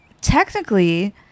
technically